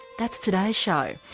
that's today's show.